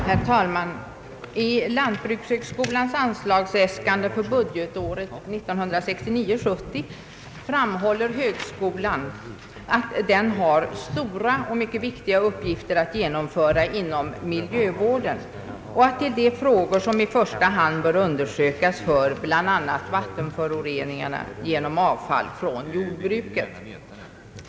Herr talman! I lantbrukshögskolans anslagsäskande för budgetåret 1969/70 framhåller högskolan att den har stora och mycket viktiga uppgifter att genomföra inom miljövården, och att till de frågor som i första hand bör undersökas hör bl.a. vattenföroreningarna genom avfall från jordbruket.